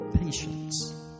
patience